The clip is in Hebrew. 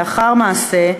לאחר מעשה,